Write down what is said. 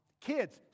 Kids